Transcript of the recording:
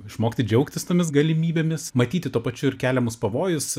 išmokti džiaugtis tomis galimybėmis matyti tuo pačiu ir keliamus pavojus